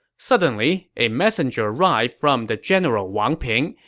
suddenly, a messenger arrived from the general wang ping,